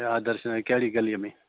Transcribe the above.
आदर्शनगर कहिड़ी गलीअ में